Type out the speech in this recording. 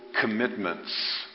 commitments